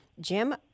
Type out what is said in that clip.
Jim